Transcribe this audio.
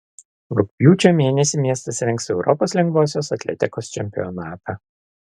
rugpjūčio mėnesį miestas rengs europos lengvosios atletikos čempionatą